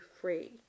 free